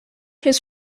his